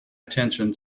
attention